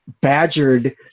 badgered